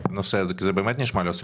כי זה באמת נשמע לא סביר.